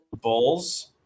bulls